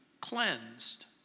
cleansed